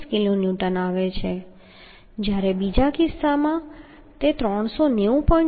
36 kilonewton આવે છે અને બીજાના કિસ્સામાં 390